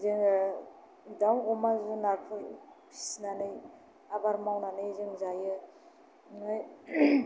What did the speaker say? जोङो दाउ अमा जुनारफोर फिसिनानै आबाद मावनानै जों जायो ओमफ्राय